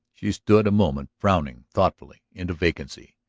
she stood a moment frowning thoughtfully into vacancy.